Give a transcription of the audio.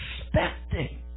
expecting